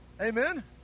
Amen